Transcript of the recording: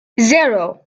zero